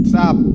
Stop